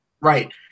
Right